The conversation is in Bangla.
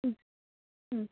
হুম হুম